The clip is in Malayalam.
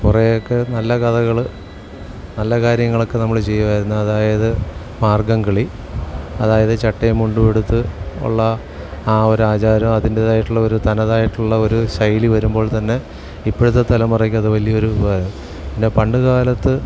കുറേയൊക്കെ നല്ല കഥകൾ നല്ല കാര്യങ്ങളൊക്കെ നമ്മൾ ചെയ്യുമായിരുന്നു അതായത് മാർഗംകളി അതായത് ചട്ടയും മുണ്ടും ഉടുത്ത് ഉള്ള ആ ഒരു ആചാരം അതിൻ്റേതായിട്ടുള്ള ഒരു തനതായിട്ടുള്ള ഒരു ശൈലി വരുമ്പോൾ തന്നെ ഇപ്പോഴത്തെ തലമുറയ്ക്ക് അത് വലിയ ഒരു പിന്നെ പണ്ടുകാലത്ത്